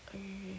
ookay okay